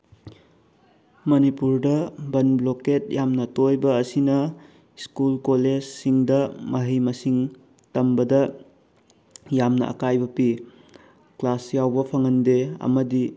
ꯃꯅꯤꯄꯨꯔꯗ ꯕꯟ ꯕ꯭ꯂꯣꯀꯦꯠ ꯌꯥꯝꯅ ꯇꯣꯏꯕ ꯑꯁꯤꯅ ꯁ꯭ꯀꯨꯜ ꯀꯣꯂꯦꯖꯁꯤꯡꯗ ꯃꯍꯩ ꯃꯁꯤꯡ ꯇꯝꯕꯗ ꯌꯥꯝꯅ ꯑꯀꯥꯏꯕ ꯄꯤ ꯀ꯭ꯂꯥꯁ ꯌꯥꯎꯕ ꯐꯪꯍꯟꯗꯦ ꯑꯃꯗꯤ